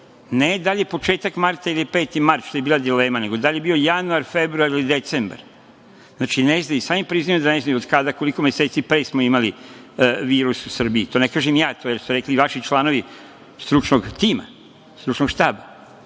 ne da li je početak marta ili je 5. mart, što je bila dilema, nego da li je bio januar, februar ili decembar, i sami priznaju da ne znaju od kada, koliko meseci pre smo imali virus u Srbiji, to ne kažem ja, to su rekli vaši članovi stručnog štaba,